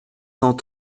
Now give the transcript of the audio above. cent